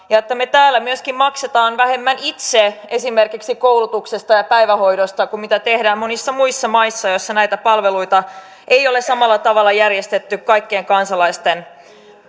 ja siitä että me täällä myöskin maksamme vähemmän itse esimerkiksi koulutuksesta ja päivähoidosta kuin mitä tehdään monissa muissa maissa joissa näitä palveluita ei ole samalla tavalla järjestetty kaikkien kansalaisten